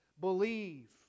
Believe